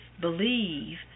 believe